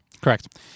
Correct